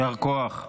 יישר כוח.